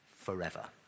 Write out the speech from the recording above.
forever